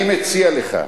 אני מציע לך,